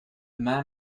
man